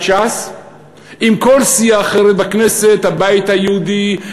ש"ס עם כל סיעה אחרת בכנסת: הבית היהודי,